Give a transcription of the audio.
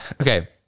Okay